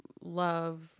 love